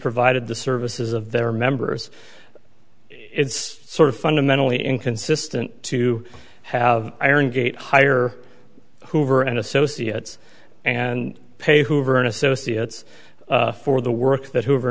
provided the services of their members it's sort of fundamentally inconsistent to have iron gate hire hoover and associates and pay hoover and associates for the work that hoover